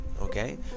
okay